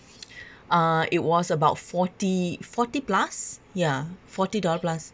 uh it was about forty forty plus ya forty dollar plus